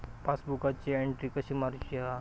पासबुकाची एन्ट्री कशी मारुची हा?